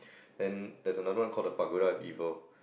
then there's another one called the Pagoda evil